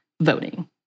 voting